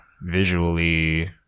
visually